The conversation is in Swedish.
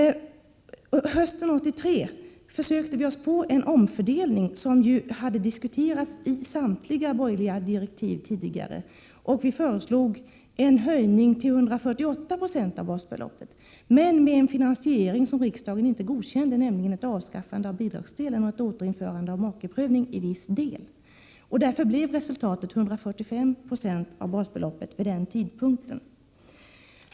Hösten 1983 försökte vi oss på en omfördelning, som ju hade diskuterats i samtliga borgerliga direktiv tidigare. Vi föreslog en höjning till 148 20 av basbeloppet men med en finansiering som riksdagen inte godkände, nämligen avskaffande av bidragsdelen och återinförande av makeprövning i viss del. Därför blev resultatet 145 90 av basbeloppet vid den tidpunkten.